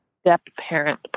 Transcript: step-parent